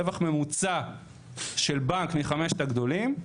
רווח ממוצע של בנק מחמשת הגדולים,